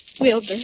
Wilbur